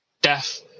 death